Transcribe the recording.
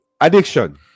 Addiction